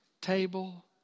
table